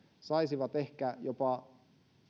saisivat ehkä jopa